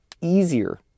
easier